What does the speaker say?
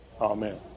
Amen